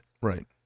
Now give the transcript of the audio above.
Right